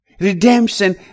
redemption